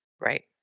Right